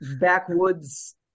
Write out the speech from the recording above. backwoods